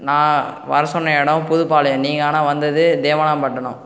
நான் வர சொன்ன இடம் புதுப்பாளையம் நீங்கள் ஆனால் வந்தது தேவனாம்பட்டிணம்